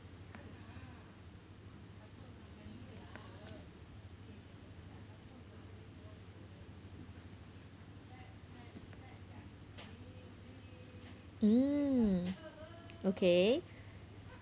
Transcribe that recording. mm okay